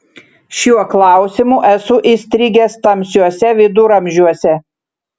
šiuo klausimu esu įstrigęs tamsiuose viduramžiuose